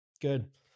Good